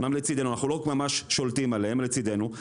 אנחנו לא ממש שולטים עליהם, הם לצדנו.